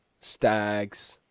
stags